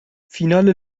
فینال